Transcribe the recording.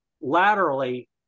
laterally